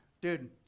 dude